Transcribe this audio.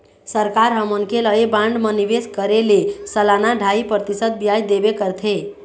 सरकार ह मनखे ल ऐ बांड म निवेश करे ले सलाना ढ़ाई परतिसत बियाज देबे करथे